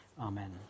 Amen